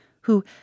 who